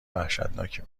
وحشتناکی